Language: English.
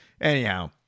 Anyhow